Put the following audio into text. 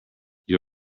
you